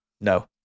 No